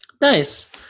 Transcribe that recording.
nice